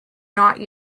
not